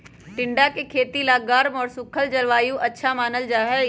टिंडा के खेती ला गर्म और सूखल जलवायु अच्छा मानल जाहई